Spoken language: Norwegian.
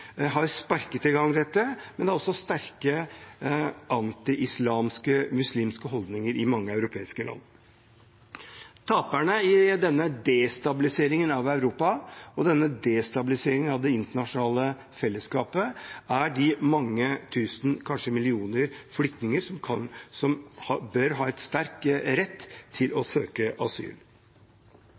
har sparket i gang dette, men det er også sterke antiislamske/-muslimske holdninger i mange europeiske land. Taperne i denne destabiliseringen av Europa og denne destabiliseringen av det internasjonale fellesskapet er de mange tusen – kanskje millioner – flyktninger som bør ha en sterk rett til å søke asyl.